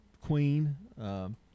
queen